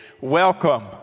Welcome